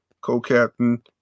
Co-Captain